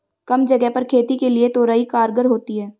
कम जगह पर खेती के लिए तोरई कारगर होती है